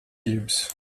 cubes